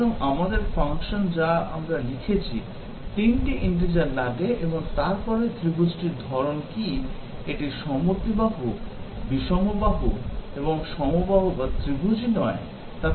সুতরাং আমাদের ফাংশন যা আমরা লিখেছি 3 টি integer লাগে এবং তারপরে ত্রিভুজটির ধরণ কী এটি সমদ্বিবাহু বিষমবাহু এবং সমবাহু বা ত্রিভুজই নয় তা প্রদর্শিত হয়